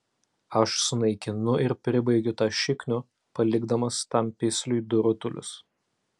aš sunaikinu ir pribaigiu tą šiknių palikdamas tam pisliui du rutulius